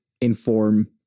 inform